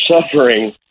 suffering